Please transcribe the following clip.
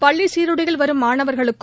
பள்ளி சீருடையில் வரும் மாணவர்களுக்கும்